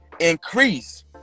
increase